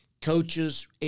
coaches